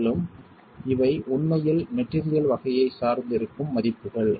மேலும் இவை உண்மையில் மெட்டீரியல் வகையைச் சார்ந்து இருக்கும் மதிப்புகள்